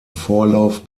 vorlauf